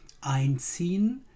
Einziehen